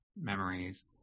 memories